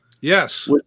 Yes